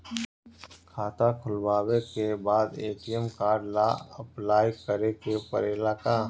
खाता खोलबाबे के बाद ए.टी.एम कार्ड ला अपलाई करे के पड़ेले का?